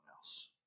else